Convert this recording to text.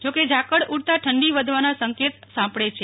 જો કે ઝાકળ ઉડતા ઠંડી વધવાના સંકેત સાંપડે છે